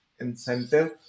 incentive